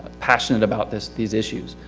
passionate about this, these issues.